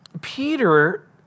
Peter